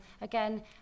Again